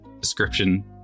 Description